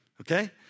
okay